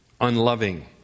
unloving